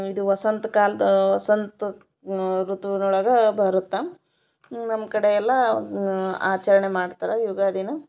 ಇದು ವಸಂತ ಕಾಲ್ದ ವಸಂತ ಋತುವಿನೊಳಗೆ ಬರತ್ತೆ ನಮ್ಮ ಕಡೆ ಎಲ್ಲ ಆಚರಣೆ ಮಾಡ್ತಾರೆ ಯುಗಾದಿನ